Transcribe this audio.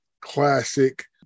classic